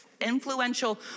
influential